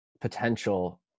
potential